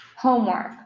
homework